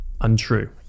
untrue